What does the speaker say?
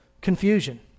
confusion